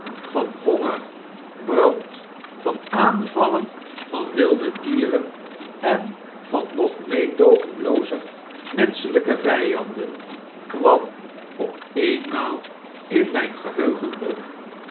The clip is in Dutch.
van honger brand van aanvallen van wilde dieren en van nog meedoogenloozer menschelyke vyanden kwam opeenmaal in myn geheugen op